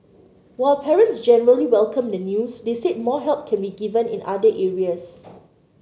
while parents generally welcomed the news they said more help can be given in other areas